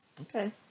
Okay